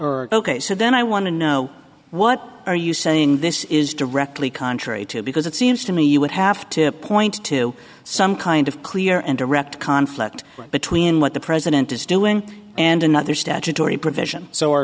or ok so then i want to know what are you saying this is directly contrary to because it seems to me you would have to point to some kind of clear and direct conflict between what the president is doing and another statutory provision so our